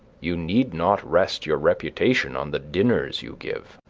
you need not rest your reputation on the dinners you give.